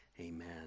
Amen